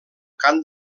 cant